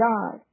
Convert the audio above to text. God